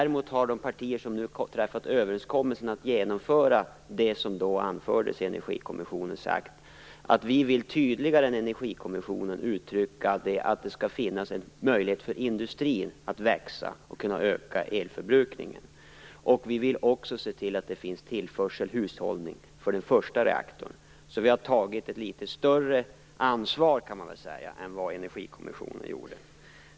Däremot har de partier som nu har träffat överenskommelsen om att genomföra det som anfördes i Energikommissionen sagt att de tydligare än kommissionen vill uttrycka att det skall finnas möjlighet för industrin att kunna växa och öka sin elförbrukning. Vi vill också se till att det finns tillförsel och hushållning som kompensation för den första reaktorn. Vi har alltså tagit ett litet större ansvar än vad Energikommissionen gjorde.